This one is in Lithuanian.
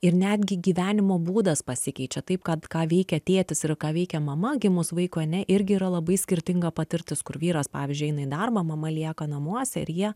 ir netgi gyvenimo būdas pasikeičia taip kad ką veikia tėtis ir ką veikia mama gimus vaikui ane irgi yra labai skirtinga patirtis kur vyras pavyzdžiui eina į darbą mama lieka namuose ir jie